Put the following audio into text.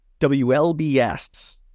WLBS